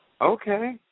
Okay